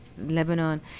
Lebanon